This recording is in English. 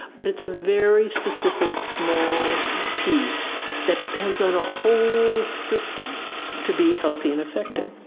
but it's a very specific small piece that depends on a whole system to be healthy and effective.